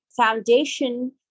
foundation